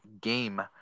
game